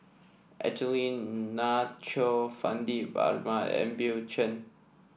Angelina Choy Fandi Ahmad and Bill Chen